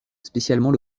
spécialement